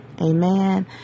Amen